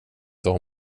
dem